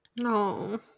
No